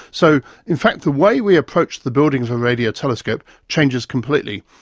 so in fact the way we approach the building of a radiotelescope changes completely.